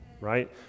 right